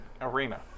arena